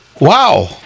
Wow